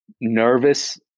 nervous